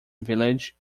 village